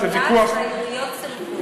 הומלץ, והעיריות סירבו.